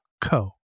co